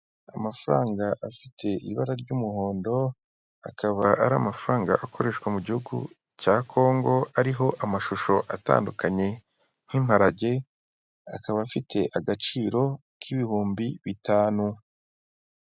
Amafaranga afite ibara ry'umuhondo, akaba ari amafaranga akoreshwa mu gihugu cya Kongo ariho amashusho atandukanye nk'imparage. Akaba afite agaciro k'ibihumbi bitanu.